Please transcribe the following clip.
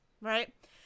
right